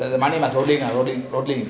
the money must raotate in a rolling